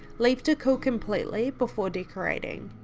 leave to cool completely before decorating.